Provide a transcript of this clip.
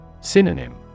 Synonym